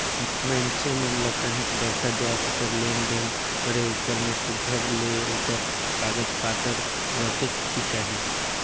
मइनसे मन ल काहींच बड़खा जाएत कर लेन देन करे उपर में सुग्घर ले ओकर कागज पाथर रखेक ही चाही